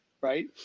right